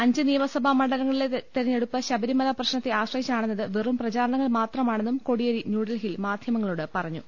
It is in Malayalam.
അഞ്ച് നിയമസഭാമണ്ഡ ലങ്ങളിലെ തെരഞ്ഞെടുപ്പ് ശബരിമല പ്രശ്നത്തെ ആശ്രയി ച്ചാണെന്നത് വെറും പ്രചാരണങ്ങൾ മാത്രമാണെന്നും കോടിയേരി ന്യൂഡൽഹിയിൽ മാധ്യമങ്ങളോട് പറഞ്ഞു